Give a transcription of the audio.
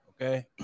Okay